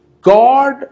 God